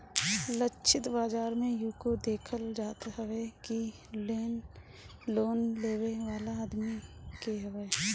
लक्षित बाजार में इहो देखल जात हवे कि लोन लेवे वाला आदमी के हवे